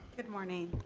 good morning.